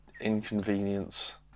inconvenience